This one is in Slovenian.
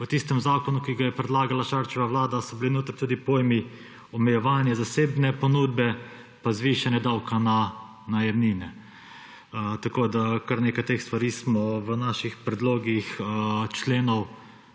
v tistem zakonu, ki ga je predlagala Šarčeva vlada, so bili notri tudi pojmi omejevanje zasebne ponudbe pa zvišanje davka na najemnine. Tako smo kar nekaj teh stvari v naših predlogih členov,